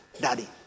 Daddy